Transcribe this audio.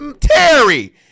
Terry